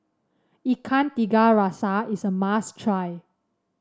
Ikan Tiga Rasa is a must try